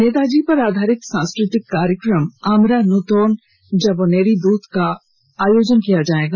नेताजी पर आधारित सांस्कृति कार्यक्रम आमरा नूतोन जौबोनेरी दूत का आयोजन किया जाएगा